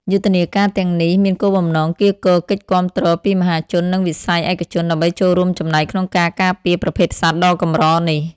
យុទ្ធនាការទាំងនេះមានគោលបំណងកៀរគរកិច្ចគាំទ្រពីមហាជន និងវិស័យឯកជន ដើម្បីចូលរួមចំណែកក្នុងការការពារប្រភេទសត្វដ៏កម្រនេះ។